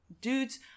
dudes